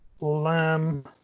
Lamb